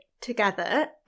together